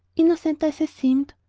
innocent as i seemed,